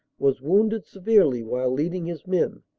was wounded severely while leading his men,